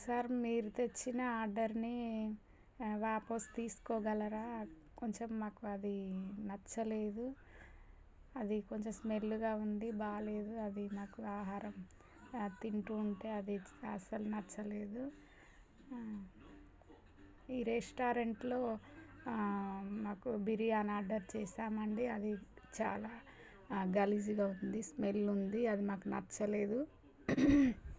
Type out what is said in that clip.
sir మీరు తెచ్చిన ఆర్డర్ని వాపసు తీసుకోగలరా కొంచెం మాకు అది నచ్చలేదు అది కొంచెం స్మెల్గా ఉంది బాగాలేదు అది నాకు ఆహారం తింటూ ఉంటే అది అసలు నచ్చలేదు ఈ రెస్టారెంట్లో నాకు బిర్యానీ ఆర్డర్ చేశామండి అది చాలా గలీజ్గా ఉంది స్మెల్ ఉంది అది మాకు నచ్చలేదు